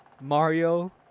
Mario